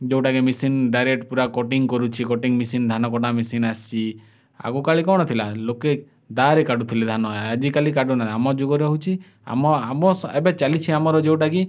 ଯେଉଁଟାକି machine direct ପୁରା cutting କରୁଛି କଟିଂ ମେସିନ୍ ଧାନ କଟା ମେସିନ୍ ଆସିଛି ଆଗ କାଳେ କ'ଣ ଥିଲା ଲୋକେ ଦାଆରେ କାଟୁଥିଲେ ଧାନ ଆଜିକାଲି କାଟୁ ନା ଆମ ଯୁଗରେ ହଉଛି ଆମ ଆମ ସ୍ ଏବେ ଚାଲିଛି ଆମର ଯେଉଁଟାକି